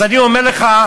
אז אני אומר לך,